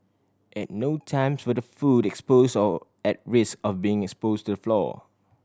at no times were the food expose or at risk of being expose to the floor